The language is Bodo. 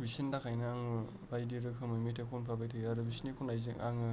बिसोरनि थाखायनो आं बायदि रोखोमै मेथाइ खनफाबाय थायो आरो बिसोरनि खननायजों आङो